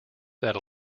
that